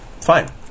fine